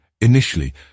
Initially